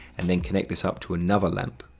and then connect this up to another lamp.